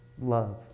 love